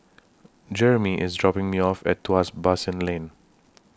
Jeramy IS dropping Me off At Tuas Basin Lane